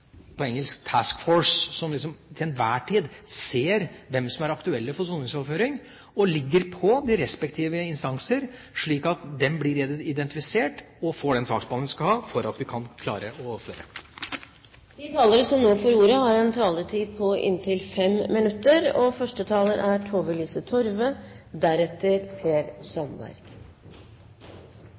på engelsk – en «task force», slik at man til enhver tid ser hvem som er aktuelle for soningsoverføring og ligger på de respektive instanser, slik at de blir identifisert og får den saksbehandlingen de skal ha, for at vi kan klare å overføre. Jeg vil først benytte anledningen til å takke interpellanten for å reise denne debatten. Det med soningsoverføring er